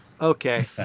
okay